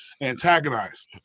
antagonize